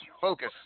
Focus